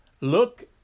look